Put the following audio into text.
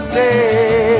day